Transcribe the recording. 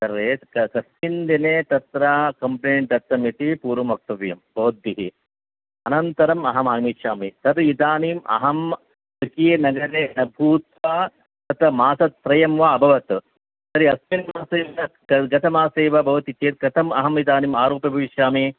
रे कस्मिन् दिने तत्र कम्प्लेण्ट् दत्तमिति पूर्वं वक्तव्यं भवद्भिः अनन्तरमहम् आगच्छामि तद् इदानीम् अहं स्वकीयनगरे न भूत्वा तत्र मासत्रयं वा अभवत् तर्हि अस्मिन् मासे गतमासे वा भवति चेत् कथमहम् इदानीम् आरोपे उपविशामि